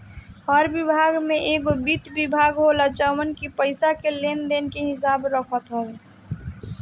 हर विभाग में एगो वित्त विभाग होला जवन की पईसा के लेन देन के हिसाब रखत हवे